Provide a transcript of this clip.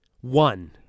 One